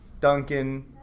Duncan